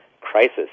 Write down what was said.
crisis